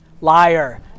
Liar